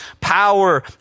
power